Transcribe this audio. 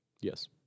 Yes